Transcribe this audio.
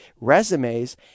resumes